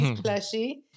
plushy